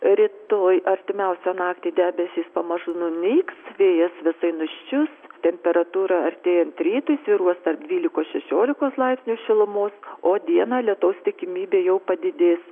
rytoj artimiausią naktį debesys pamažu nunyks vėjas visai nuščius temperatūra artėjant rytui svyruos tarp dvylikos šešiolikos laipsnių šilumos o dieną lietaus tikimybė jau padidės